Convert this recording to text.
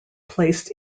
placed